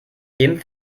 jedem